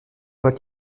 fois